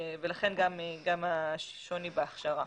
ולכן גם השוני בהכשרה.